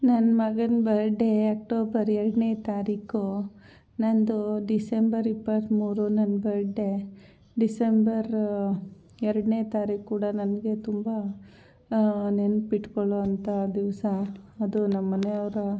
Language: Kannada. ನನ್ನ ಮಗನ ಬರ್ಡೆ ಅಕ್ಟೋಬರ್ ಎರಡನೇ ತಾರೀಕು ನನ್ನದು ಡಿಸೆಂಬರ್ ಇಪ್ಪತ್ತಮೂರು ನನ್ನ ಬರ್ಡೆ ಡಿಸೆಂಬರ್ ಎರಡನೇ ತಾರೀಕು ಕೂಡ ನನಗೆ ತುಂಬ ನೆನ್ಪು ಇಟ್ಕೋಳೋವಂತಹ ದಿವಸ ಅದು ನಮ್ಮ ಮನೆಯವರ